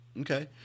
Okay